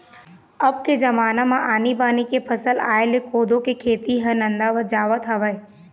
अब के जमाना म आनी बानी के फसल आय ले कोदो के खेती ह नंदावत जावत हवय